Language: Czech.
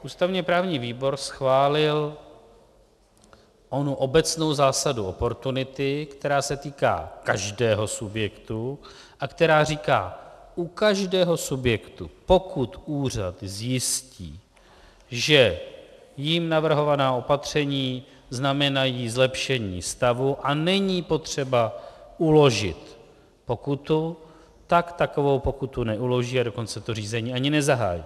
Ústavněprávní výbor schválil onu obecnou zásadu oportunity, která se týká každého subjektu a která říká: u každého subjektu, pokud úřad zjistí, že jím navrhovaná opatření znamenají zlepšení stavu a není potřeba uložit pokutu, tak takovou pokutu neuloží, a dokonce to řízení ani nezahájí.